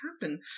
happen